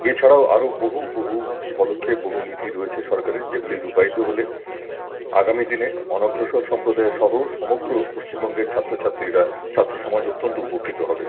এছাড়াও আরও বহু বহু পদক্ষেপ বহু নীতি রয়েছে সরকারের যেগুলি রূপায়িত হলে আগামী দিনে অনগ্রসর সম্প্রদায়সহ সমগ্র পশ্চিমবঙ্গের ছাত্রছাত্রীরা ছাত্র সমাজ অত্যন্ত উপকৃত হবে